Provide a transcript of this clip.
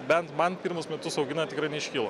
bent man pirmus metus auginant tikrai neiškilo